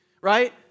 Right